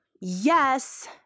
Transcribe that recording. Yes